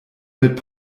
mit